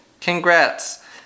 Congrats